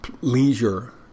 leisure